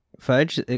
fudge